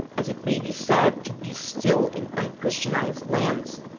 as it may be said to be still in unchristianized lands,